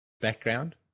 background